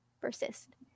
persist